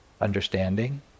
understanding